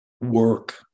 Work